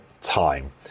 time